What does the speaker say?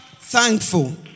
thankful